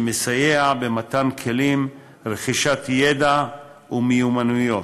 שמסייע במתן כלים ורכישת ידע ומיומנויות.